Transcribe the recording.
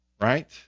right